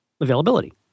availability